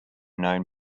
known